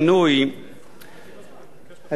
הדיון,